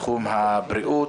בתחום הבריאות.